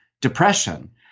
depression